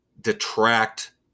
detract